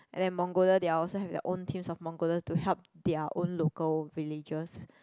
and then Mongolia they're also have a own team of Mongolia to help their own local villagers